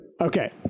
Okay